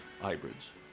hybrids